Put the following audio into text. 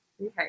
Okay